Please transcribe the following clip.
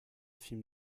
film